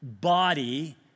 body